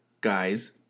guys